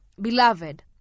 Beloved